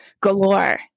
galore